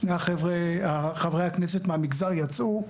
שני חברי הכנסת מהמגזר יצאו,